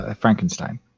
Frankenstein